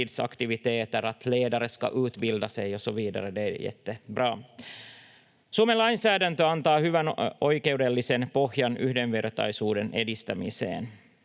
att ledare ska utbilda sig och så vidare. Det är jättebra. Suomen lainsäädäntö antaa hyvän oikeudellisen pohjan yhdenvertaisuuden edistämiseen,